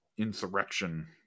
insurrection